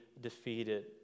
defeated